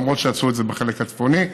למרות שעשו את זה בחלק הצפוני,